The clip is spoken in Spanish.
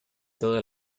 toda